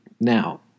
now